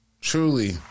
Truly